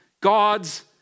God's